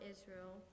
Israel